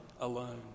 alone